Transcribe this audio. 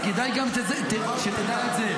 אז כדאי גם שתדע את זה.